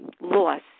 loss